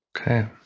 Okay